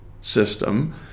system